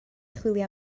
chwilio